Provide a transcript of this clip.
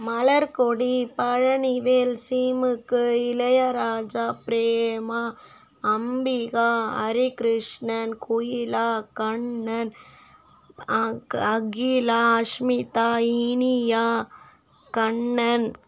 மலர்க்கொடி பழனிவேல் சீமக்கு இளையராஜா பிரேமா அம்பிகா ஹரிகிருஷ்ணன் கோயிலா கண்ணன் அக் அகிலா அஷ்மிதா இனியா கண்ணன்